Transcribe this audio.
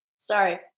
Sorry